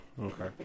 Okay